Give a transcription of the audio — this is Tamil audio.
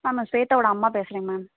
மேம் ஸ்வேதா ஓட அம்மா பேசுறேங்க மேம்